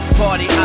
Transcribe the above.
party